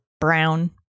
Brown